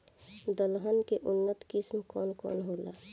दलहन के उन्नत किस्म कौन कौनहोला?